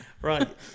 Right